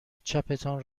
چپتان